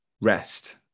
rest